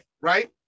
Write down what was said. right